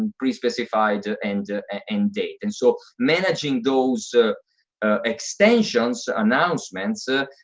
pre-specified end end date. and so, managing those ah ah extensions announcements ah